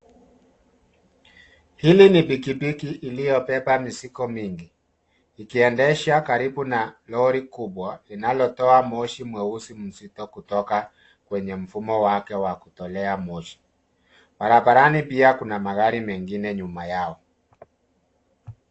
Hili ni pikipiki iliyobeba mizigo mingi. Ikiendesha karibu na lori kubwa, linalotoa moshi mweusi mzito kutoka kwenye mfumo wake wa kutolea moshi. Barabarani pia kuna magari mengine nyuma yao.